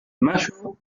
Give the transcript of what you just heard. mayo